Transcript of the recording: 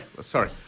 Sorry